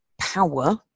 power